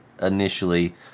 initially